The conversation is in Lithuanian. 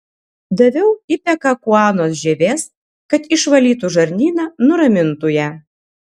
daviau ipekakuanos žievės kad išvalytų žarnyną nuramintų ją